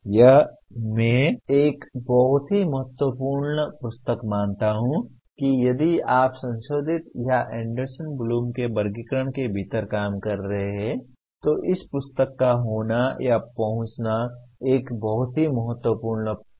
यह मैं एक बहुत ही महत्वपूर्ण पुस्तक मानता हूं कि यदि आप संशोधित या एंडरसन ब्लूम के वर्गीकरण के भीतर काम कर रहे हैं तो इस पुस्तक का होना या पहुँचना एक बहुत ही महत्वपूर्ण पुस्तक है